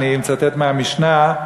אני מצטט מהמשנה,